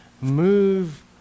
move